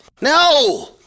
No